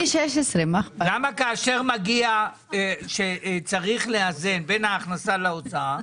למה כאשר צריך לאזן בין ההכנסה להוצאה,